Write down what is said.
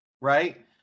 right